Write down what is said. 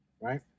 right